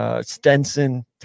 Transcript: Stenson